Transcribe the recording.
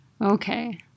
okay